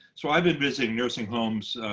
so i've been visiting nursing homes